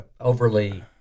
overly